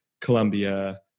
Colombia